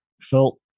felt